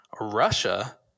Russia